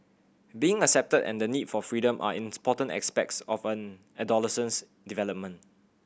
being accepted and the need for freedom are aspects of an adolescent's development